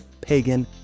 pagan